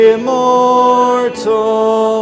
Immortal